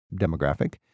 demographic